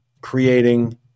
creating